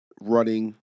running